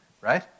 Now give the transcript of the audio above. right